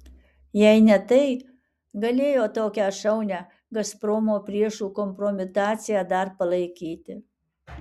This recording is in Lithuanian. jei ne tai galėjo tokią šaunią gazpromo priešų kompromitaciją dar palaikyti